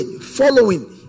following